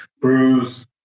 Bruce